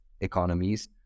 economies